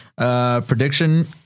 Prediction